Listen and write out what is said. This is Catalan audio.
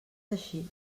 així